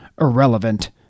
Irrelevant